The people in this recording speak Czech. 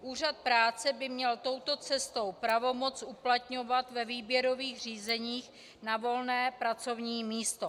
Úřad práce by měl touto cestou pravomoc uplatňovat ve výběrových řízeních na volné pracovní místo.